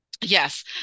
Yes